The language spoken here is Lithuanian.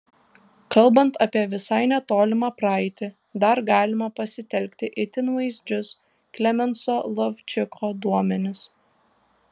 kalbant apie visai netolimą praeitį dar galima pasitelkti itin vaizdžius klemenso lovčiko duomenis